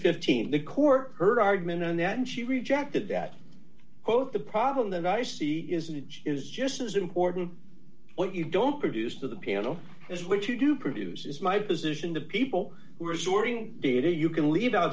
fifteen the court heard argument on that and she rejected that quote the problem that i see isn't is just as important what you don't produce to the piano is what you do produce is my position the people who are sorting data you can leave out